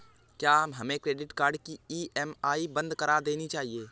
क्या हमें credit card की ई.एम.आई बंद कर देनी चाहिए?